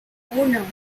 uno